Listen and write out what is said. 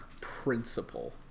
principle